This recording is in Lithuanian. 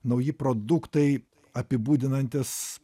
nauji produktai apibūdinantis